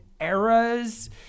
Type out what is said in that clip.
eras